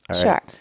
Sure